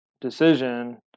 decision